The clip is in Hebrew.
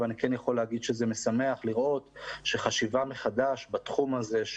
אבל כן אני יכול להגיד שזה משמח לראות שחשיבה מחדש בתחום הזה,